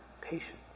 Patience